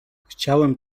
chciałem